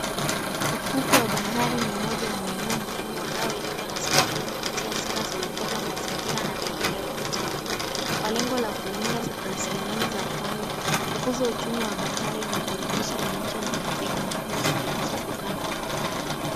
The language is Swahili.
Ufukwe wa bahari ni moja ya maeneo muhimu yanayolindwa na serikali kupitia sera za uhifadhi wa mazingira na maendeleo ya utalii kwa lengo la kulinda raslimali za pwani, kukuza uchumi wa bahari na kuhakikisha wananchi wananufaika na fursa zilizoko kando ya bahari.